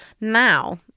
Now